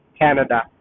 Canada